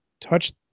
touch